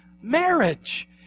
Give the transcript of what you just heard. marriage